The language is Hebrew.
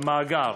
במאגר.